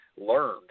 learned